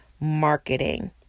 marketing